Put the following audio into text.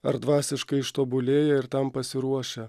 ar dvasiškai ištobulėję ir tam pasiruošę